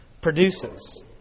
produces